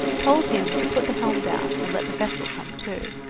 told him to put the helm down and let the vessel come to.